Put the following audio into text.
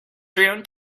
june